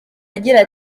agira